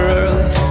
early